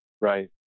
Right